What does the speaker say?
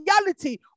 reality